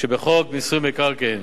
שבחוק מיסוי מקרקעין.